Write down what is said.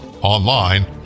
online